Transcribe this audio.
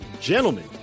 Gentlemen